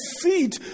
feet